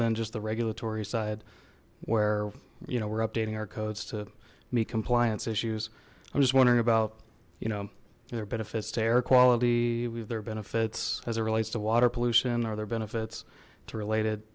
than just the regulatory side where you know we're updating our codes to meet compliance issues i'm just wondering about you know their benefits to air quality we've their benefits as it relates to water pollution or their benefits to relate